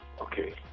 okay